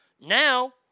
Now